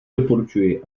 doporučuji